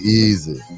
easy